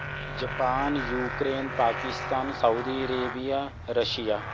Japan Ukraine Pakistan Saudi Arabia Russia